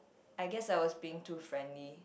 I guess I was being too friendly